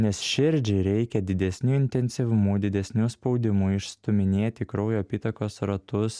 nes širdžiai reikia didesniu intensyvumu didesniu spaudimu išstūminėti kraujo apytakos ratus